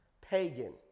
pagan